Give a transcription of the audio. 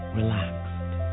relaxed